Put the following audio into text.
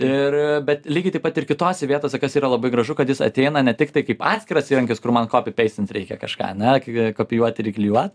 ir bet lygiai taip pat ir kitose vietose kas yra labai gražu kad jis ateina ne tik tai kaip atskiras įrankis kur man kopipeistint reikia kažką a ne kopijuot ir įklijuot